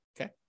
okay